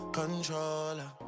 controller